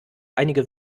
einige